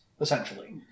essentially